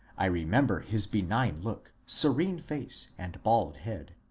i remember his benign look, serene face, and bald head.